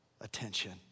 attention